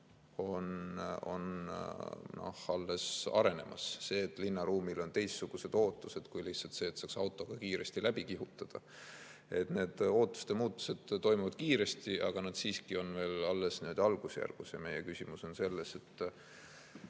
alles arenemas. See muutus, et linnaruumile on teistsugused ootused kui lihtsalt see, et saaks autoga kiiresti läbi kihutada, toimub kiiresti, aga see siiski on veel alles algusjärgus. Meie küsimus on see, et